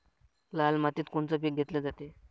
लाल मातीत कोनचं पीक घेतलं जाते?